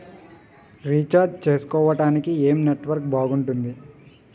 Recharge చేసుకోవటానికి ఏం network బాగుంది?